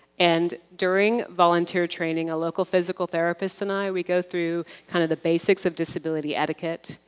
and during volunteer training, a local physical therapist and i we go through kind of the basics of disability etiquette,